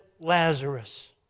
Lazarus